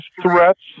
threats—